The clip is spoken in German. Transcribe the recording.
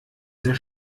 sehr